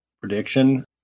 prediction